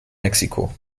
mexiko